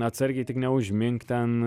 atsargiai tik neužmink ten